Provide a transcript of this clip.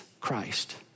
Christ